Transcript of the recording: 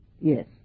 yes